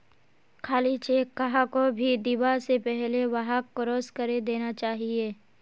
खाली चेक कहाको भी दीबा स पहले वहाक क्रॉस करे देना चाहिए